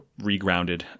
regrounded